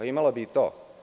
Imala bi i to.